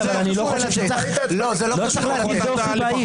אני לא חושב שצריך להטיל דופי באיש.